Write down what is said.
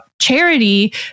charity